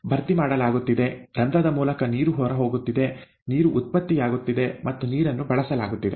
ಭರ್ತಿಮಾಡಲಾಗುತ್ತಿದೆ ರಂಧ್ರದ ಮೂಲಕ ನೀರು ಹೊರಹೋಗುತ್ತಿದೆ ನೀರು ಉತ್ಪತ್ತಿಯಾಗುತ್ತಿದೆ ಮತ್ತು ನೀರನ್ನು ಬಳಸಲಾಗುತ್ತಿದೆ